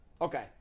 Okay